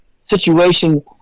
situation